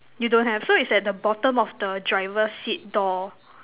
you don't have so it's at the bottom of the driver's seat door